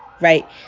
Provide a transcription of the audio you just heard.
right